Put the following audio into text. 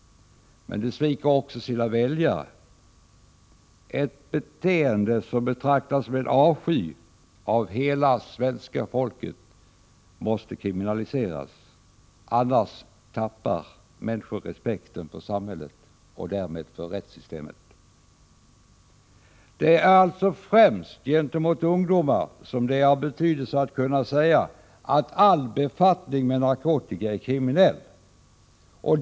Men de sviker också sina väljare. Ett beteende som betraktas med avsky av hela svenska folket måste kriminaliseras. Annars tappar människor respekten för samhället och därmed för rättssystemet. Det är alltså främst gentemot ungdomar som det är av betydelse att kunna säga att all befattning med narkotika är kriminell.